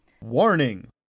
Warning